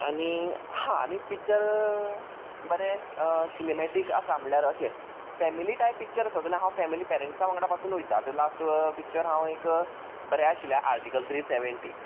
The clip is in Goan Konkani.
आनी हा आनी पिक्चर बरें सिनेमॅटीक आसा म्हणल्यार अशें फेमिली टायप पिक्चर आसा जाल्यार हांव फेमिली पेरंट्सां वांगडा पासून वयतां लास्ट पिक्चर हांव एक बरें आशिल्लें आर्टिकल थ्री सेव्हन्टी